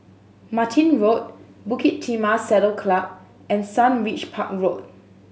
Martin Road Bukit Timah Saddle Club and Sundridge Park Road